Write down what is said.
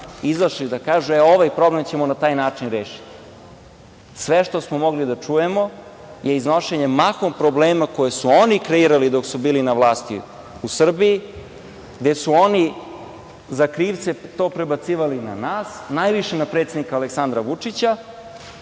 izašli da kažu – e, ovaj problem ćemo na taj način rešiti. Sve što smo mogli da čujemo je iznošenje mahom problema koje su oni kreirali dok su bili na vlasti u Srbiji, gde su oni krivicu prebacivali na nas, a najviše na predsednika Aleksandra Vučića.